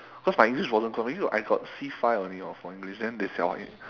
because my english wasn't good maybe I got C five only for english then they